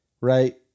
right